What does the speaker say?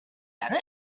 done